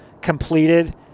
completed